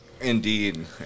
Indeed